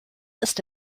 ist